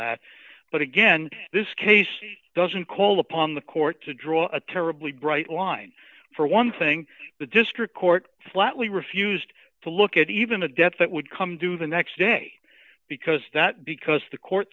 that but again this case doesn't call upon the court to draw a terribly bright line for one thing the district court flatly refused to look at even a debt that would come due the next day because that because the court